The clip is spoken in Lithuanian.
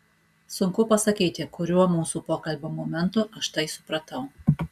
sunku pasakyti kuriuo mūsų pokalbio momentu aš tai supratau